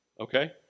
okay